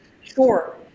Sure